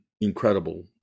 incredible